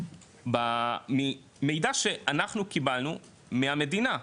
ממידע שאנחנו קיבלנו מהמדינה,